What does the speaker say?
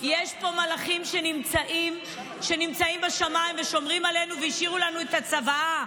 יש פה מלאכים שנמצאים בשמיים ושומרים עלינו והשאירו לנו את הצוואה.